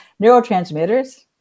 neurotransmitters